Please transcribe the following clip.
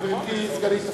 גברתי, סגנית השר.